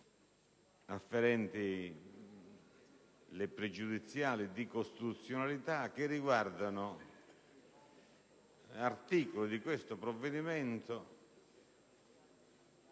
afferenti le pregiudiziali di costituzionalità che riguardano articoli di questo provvedimento